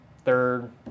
third